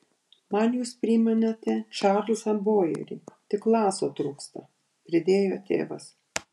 man jūs primenate čarlzą bojerį tik laso trūksta pridėjo tėvas